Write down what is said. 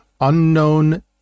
unknown